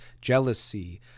jealousy